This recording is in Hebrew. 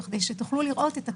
בכדי לראות את הקשר.